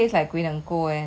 maple syrup ah